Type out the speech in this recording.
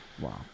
Wow